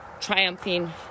triumphing